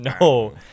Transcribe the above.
No